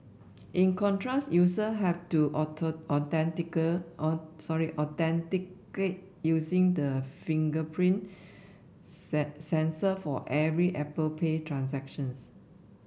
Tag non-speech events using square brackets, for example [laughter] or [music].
in contrast user have to [unintelligible] sorry authenticate using the fingerprint [unintelligible] sensor for every Apple Pay transactions